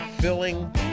filling